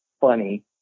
funny